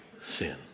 sin